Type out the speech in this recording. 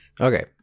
Okay